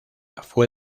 fue